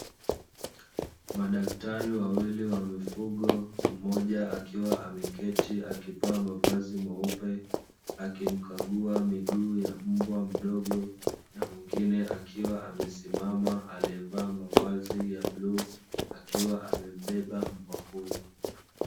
Madaktari wawili wa mifugo mmoja akiwa ameketi akivaa mavazi meupe akimkagua miguu ya mbwa mdogo, na mwingine akiwa amesimama aliyevaa mavazi ya bluu, akiwa amembeba mbwa huyo.